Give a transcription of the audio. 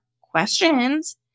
questions